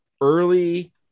early